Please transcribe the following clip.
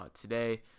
today